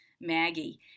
Maggie